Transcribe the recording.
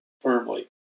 firmly